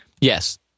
yes